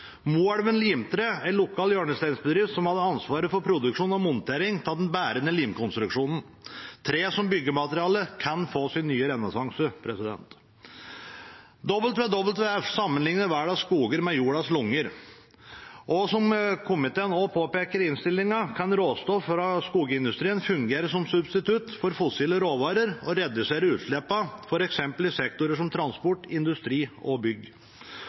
Limtre, en lokal hjørnesteinsbedrift, hadde ansvar for produksjon og montering av den bærende limkonstruksjonen. Tre som byggemateriale kan få sin nye renessanse. WWF sammenligner verdens skoger med jordas lunger. Som komiteen påpeker i innstillingen, kan råstoff fra skogsindustrien fungere som substitutt for fossile råvarer og redusere utslippene, f.eks. i sektorer som transport, industri og bygg.